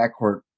backcourt